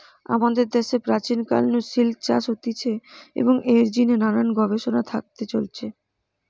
আমাদের দ্যাশে প্রাচীন কাল নু সিল্ক চাষ হতিছে এবং এর জিনে নানান গবেষণা চলতে থাকি